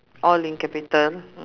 all in capital